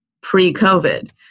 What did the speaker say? pre-COVID